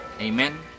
Amen